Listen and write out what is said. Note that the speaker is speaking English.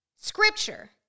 scripture